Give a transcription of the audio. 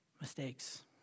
mistakes